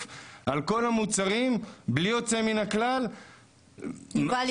על כל המוצרים בלי יוצא מן הכלל --- יובל,